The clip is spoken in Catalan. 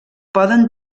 poden